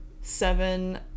Seven